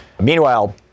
Meanwhile